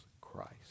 Christ